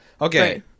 Okay